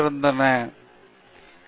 பேராசிரியர் எஸ்